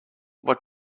what